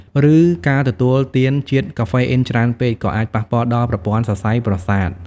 ឬការទទួលទានជាតិកាហ្វេអ៊ីនច្រើនពេក ក៏អាចប៉ះពាល់ដល់ប្រព័ន្ធសរសៃប្រសាទ។